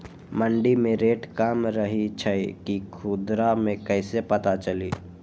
मंडी मे रेट कम रही छई कि खुदरा मे कैसे पता चली?